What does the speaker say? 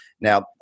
now